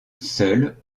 seul